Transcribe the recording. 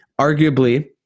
arguably